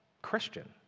Christian